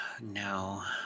No